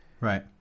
Right